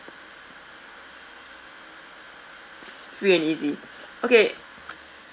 free and easy okay